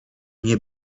nie